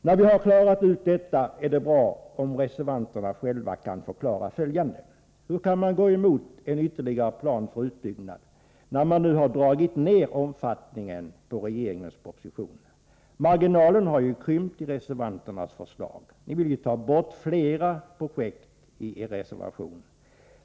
När vi nu har klarat ut detta, är det bra om reservanterna själva kan förklara följande: Hur kan ni gå emot en ytterligare plan för utbyggnad, när ni har dragit ner omfattningen enligt regeringens proposition? Marginalen har ju krympt i ert förslag. I reservationen vill ni ta bort flera projekt.